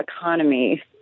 economy